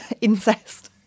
Incest